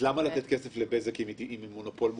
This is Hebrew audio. למה לתת כסף לבזק אם היא מונופול מוחלט?